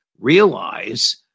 realize